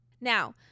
Now